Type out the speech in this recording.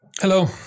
Hello